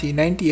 90